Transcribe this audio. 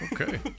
Okay